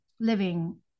living